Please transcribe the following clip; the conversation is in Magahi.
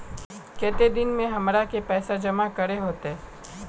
केते दिन में हमरा के पैसा जमा करे होते?